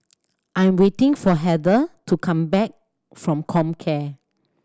I'm waiting for Heather to come back from Comcare